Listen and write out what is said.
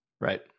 right